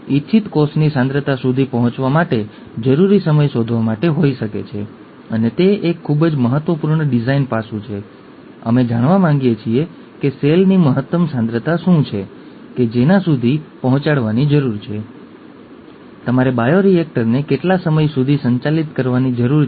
અને આ જુદાં જુદાં સંયોજનો તે પાત્રનાં જુદાં જુદાં લક્ષણોમાં પરિણમે છે તે પાત્રનાં જુદાં જુદાં હા જુદાં જુદાં લક્ષણો